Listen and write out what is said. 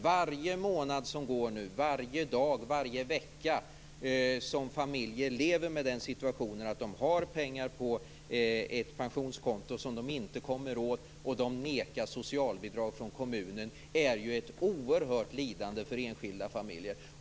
Varje månad, vecka och dag som går där familjer har pengar på ett pensionskonto som inte går att komma åt och familjen nekas socialbidrag från kommunen innebär ju ett oerhört lidande för den enskilda familjen.